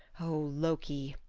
o loki,